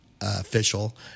official